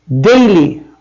daily